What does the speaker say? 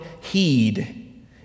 heed